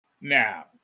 Now